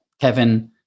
Kevin